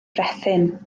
brethyn